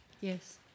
Yes